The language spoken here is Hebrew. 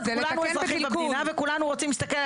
זה לתקן --- וכולנו רוצים להסתכל על